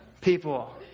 people